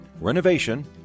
renovation